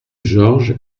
georges